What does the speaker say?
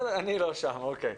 בסדר, אני לא שם, אוקיי.